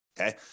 okay